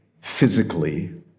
physically